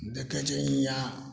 देखै छिए हिआँ